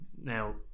now